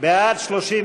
נתקבלה.